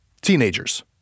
Teenagers